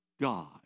God